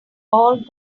all